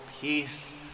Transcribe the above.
peace